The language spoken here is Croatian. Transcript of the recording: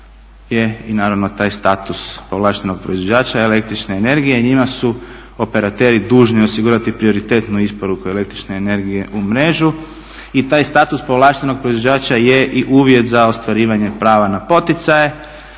je i taj status povlaštenog proizvođača el.energije i njima su operateri dužni osigurati prioritetnu isporuku el.energije u mrežu i taj status povlaštenog proizvođača je i uvjet za ostvarivanje prava na poticaje